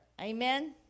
Amen